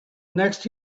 next